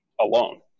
alone